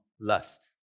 lust